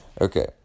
Okay